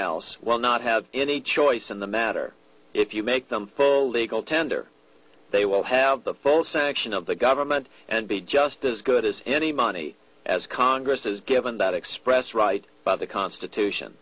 else will not have any choice in the matter if you make them full legal tender they will have the full sanction of the government and be just as good as any money as congress is given that express right by the constitution